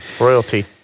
Royalty